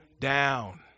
down